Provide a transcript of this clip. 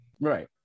Right